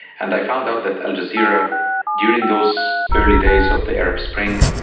and i found out that al jazeera during those early days of the arab spring,